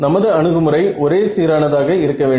நமது அணுகுமுறை ஒரே சீரானதாக இருக்க வேண்டும்